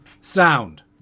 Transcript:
Sound